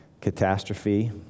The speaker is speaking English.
catastrophe